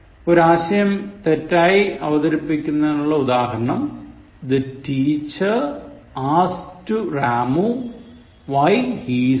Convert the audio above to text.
ഒരു ആശയം തെറ്റായി അവതരിപ്പിക്കുന്നതിനുള്ള ഉദാഹരണം The teacher asked to Ramu why he is late